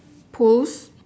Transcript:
close